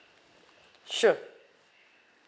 sure